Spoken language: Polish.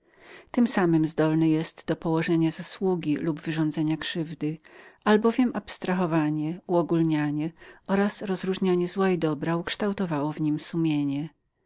tem samem zdolnym jest do położenia zasługi lub wyrządzenia krzywdy albowiem odrywanie uogólnianie i rozróżnianie na złe i dobre wyrobiło w nim sumienie